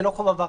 זה לא חוב עבר.